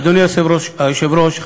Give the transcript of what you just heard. אדוני היושב-ראש,